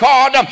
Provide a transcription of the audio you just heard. God